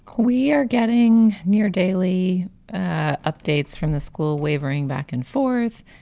we are getting near daily updates from the school wavering back and forth.